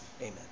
Amen